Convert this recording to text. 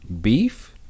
beef